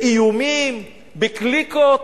באיומים, בקליקות.